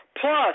Plus